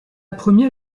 première